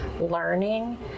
learning